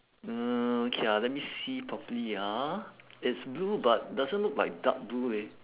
mm okay ah let me see properly ah it's blue but doesn't look like dark blue leh